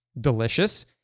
delicious